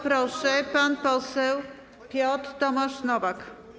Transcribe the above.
Proszę, pan poseł Piotr Tomasz Nowak.